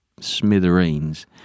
smithereens